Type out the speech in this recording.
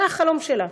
זה היה החלום שלה.